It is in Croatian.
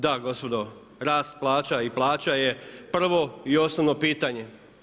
Da gospodo rast plaća i plaća je prvo i osnovno pitanje.